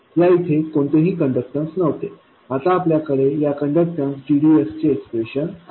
या इथे कोणतेही कण्डक्टॅन्स नव्हते आता आपल्याकडे या कण्डक्टॅन्स gds चे एक्सप्रेशन आहे